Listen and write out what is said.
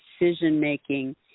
decision-making